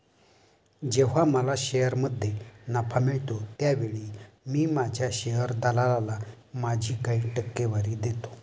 जेव्हा मला शेअरमध्ये नफा मिळतो त्यावेळी मी माझ्या शेअर दलालाला माझी काही टक्केवारी देतो